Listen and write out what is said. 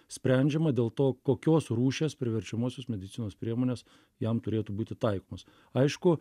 sprendžiama dėl to kokios rūšies priverčiamosios medicinos priemonės jam turėtų būti taikomos aišku